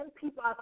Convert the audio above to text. people